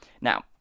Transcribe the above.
Now